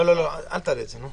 אל תעלה את זה.